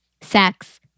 sex